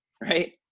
Right